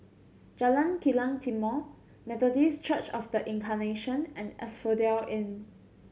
Jalan Kilang Timor Methodist Church Of The Incarnation and Asphodel Inn